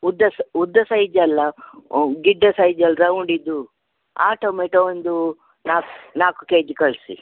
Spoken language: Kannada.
ಉದ್ದ ಸ ಉದ್ದ ಸೈಜಲ್ಲ ಗಿಡ್ಡ ಸೈಜಲ್ಲಿ ರೌಂಡಿದ್ದು ಆ ಟೊಮೆಟೊ ಒಂದು ನಾಲ್ಕು ನಾಲ್ಕು ಕೆ ಜಿ ಕಳಿಸಿ